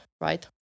right